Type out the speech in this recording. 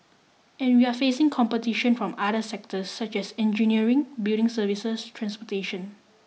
and we're facing competition from the other sectors such as engineering building services transportation